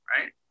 right